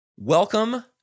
Welcome